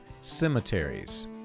cemeteries